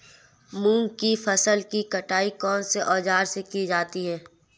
मूंग की फसल की कटाई कौनसे औज़ार से की जाती है?